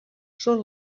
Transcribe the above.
són